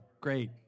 great